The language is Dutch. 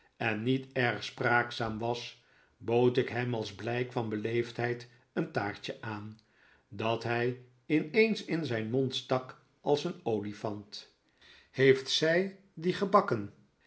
en niet erg spraakzaam was bood ik hem als blijk van beleefdheid een taartje aan dat hij in eens in zijn mond stak als een olifant heeft zij die gebakken